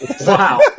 Wow